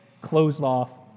closed-off